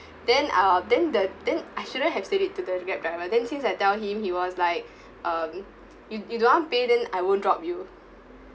then ah then the then I shouldn't have said it to the grab driver then since I tell him he was like um you you don't want pay then I won't drop you